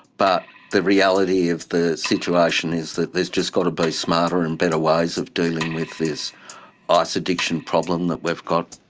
but the reality of the situation is that there's just got to be smarter and better ways of dealing with this ah ice addiction problem that we've got.